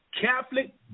Catholic